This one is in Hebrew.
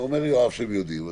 אומר יואב שהם יודעים.